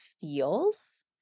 feels